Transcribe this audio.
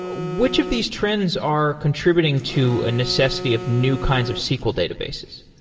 which of these trends are contributing to a necessity of new kinds of sql databases?